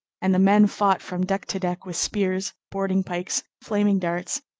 and the men fought from deck to deck with spears, boarding-pikes, flaming darts,